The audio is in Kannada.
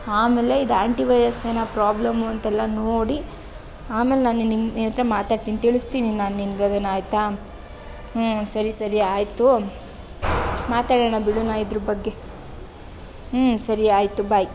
ಆಮೇಲೆ ಇದು ಆಂಟಿವೈರಸ್ದೇನಾ ಪ್ರಾಬ್ಲಮಂತೆಲ್ಲ ನೋಡಿ ಆಮೇಲೆ ನಾನು ನಿನ್ನ ಹತ್ರ ಮಾತಾಡ್ತೀನಿ ತಿಳಿಸ್ತೀನಿ ನಾನು ನಿನಗದನ್ನು ಆಯಿತಾ ಹ್ಞೂ ಸರಿ ಸರಿ ಆಯಿತು ಮಾತಾಡೋಣ ಬಿಡು ನಾ ಇದರ ಬಗ್ಗೆ ಹ್ಞೂ ಸರಿ ಆಯಿತು ಬಾಯ್